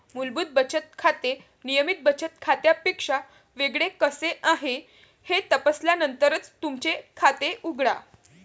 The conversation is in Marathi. मूलभूत बचत खाते नियमित बचत खात्यापेक्षा वेगळे कसे आहे हे तपासल्यानंतरच तुमचे खाते उघडा